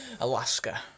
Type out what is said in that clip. Alaska